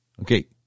Okay